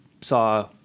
saw